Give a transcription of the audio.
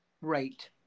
Right